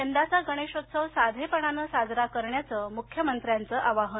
यंदाचा गणेशोत्सव साधेपणाने साजरा करण्याचं मुख्यमंत्र्याचं आवाहन